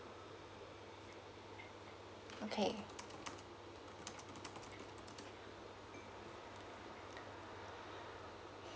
okay